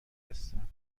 هستم